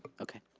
okay.